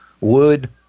wood